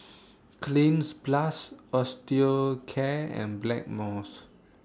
Cleanz Plus Osteocare and Blackmores